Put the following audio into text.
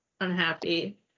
unhappy